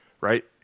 right